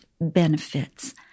benefits